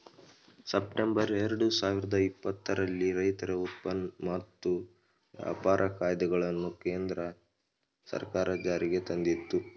September ಎರಡು ಸಾವಿರದ ಇಪ್ಪತ್ತರಲ್ಲಿ ರೈತರ ಉತ್ಪನ್ನ ಮತ್ತು ವ್ಯಾಪಾರ ಕಾಯ್ದೆಗಳನ್ನು ಕೇಂದ್ರ ಸರ್ಕಾರ ಜಾರಿಗೆ ತಂದಿತು